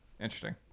Interesting